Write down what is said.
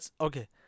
Okay